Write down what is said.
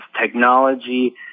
Technology